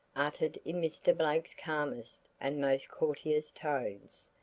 uttered in mr. blake's calmest and most courteous tones.